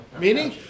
Meaning